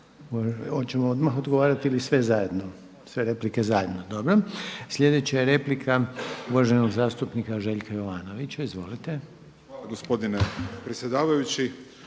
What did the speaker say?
Hvala gospodine predsjedavajući.